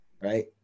right